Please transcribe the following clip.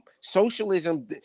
socialism